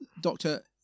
Doctor